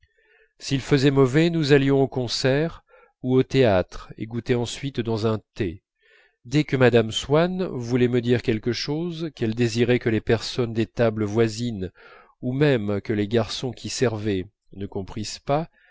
s'il faisait mauvais nous allions au concert ou au théâtre et goûter ensuite dans un thé dès que mme swann voulait me dire quelque chose qu'elle désirait que les personnes des tables voisines ou même les garçons qui servaient ne comprissent pas